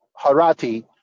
Harati